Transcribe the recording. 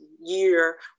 year